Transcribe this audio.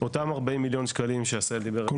אותם 40 מיליון שקלים שעשהאל דיבר עליהם